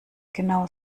genau